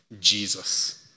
Jesus